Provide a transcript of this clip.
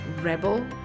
rebel